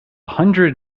hundred